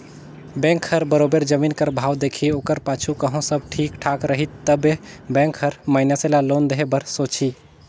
bank हर बरोबेर जमीन कर भाव देखही ओकर पाछू कहों सब ठीक ठाक रही तबे बेंक हर मइनसे ल लोन देहे बर सोंचही